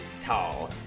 tall